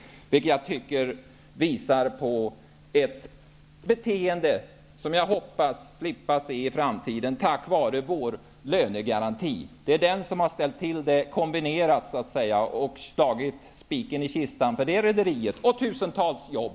Detta är exempel på ett beteende som beror på lönegarantin och som jag hoppas slippa se i framtiden. Det är ju en kombination av faktorer, i vilken lönegarantin ingår, som har ställt till det hela och så att säga slagit sista spiken i kistan för nämnda rederi och för tusentals jobb.